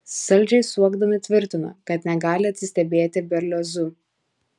saldžiai suokdami tvirtino kad negali atsistebėti berliozu